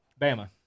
Bama